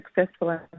successful